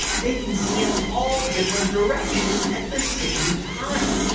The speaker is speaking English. they can see in all different directions at the same time yeah